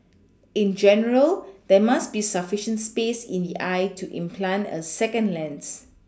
in general there must be sufficient space in the eye to implant a second lens